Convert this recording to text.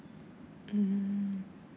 mm